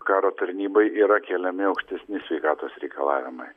karo tarnybai yra keliami aukštesni sveikatos reikalavimai